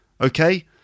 Okay